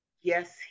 Yes